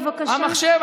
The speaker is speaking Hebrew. בבקשה.